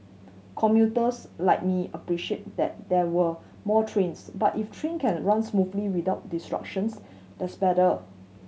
commuters like me appreciate that there were more trains but if train can run smoothly without disruptions that's better